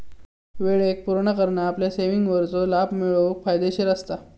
वेळेक पुर्ण करना आपल्या सेविंगवरचो लाभ मिळवूक फायदेशीर असता